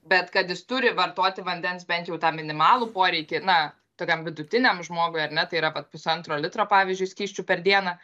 bet kad jis turi vartoti vandens bent jau tą minimalų poreikį na tokiam vidutiniam žmogui ar ne tai yra vat pusantro litro pavyzdžiui skysčių per dieną